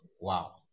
Wow